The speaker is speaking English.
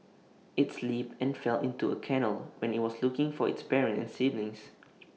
IT slipped and fell into A canal when IT was looking for its parents and siblings